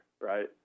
right